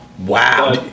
Wow